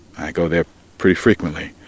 i go there pretty frequently.